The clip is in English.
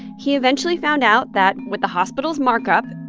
he eventually found out that, with the hospital's markup,